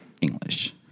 English